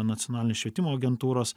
nacionalinės švietimo agentūros